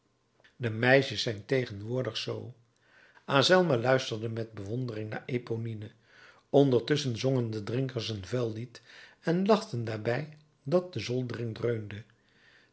de meisjes zijn tegenwoordig z azelma luisterde met bewondering naar eponine ondertusschen zongen de drinkers een vuil lied en lachten daarbij dat de zoldering dreunde